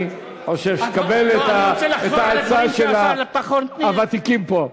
אני חושב שתקבל את העצה של הוותיקים פה.